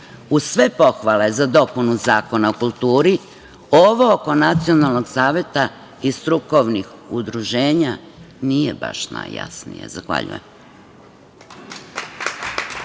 sve pohvale za dopunu Zakona o kulturi, ovo oko Nacionalnog saveta i strukovnog udruženja nije baš najjasnije. Zahvaljujem.